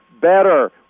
better